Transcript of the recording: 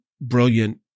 brilliant